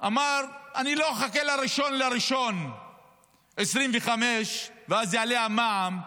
אמר: אני לא אחכה ל-1 בינואר 2025 ואז יעלה המע"מ.